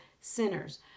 sinners